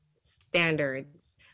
standards